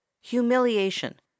humiliation